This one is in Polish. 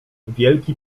wielki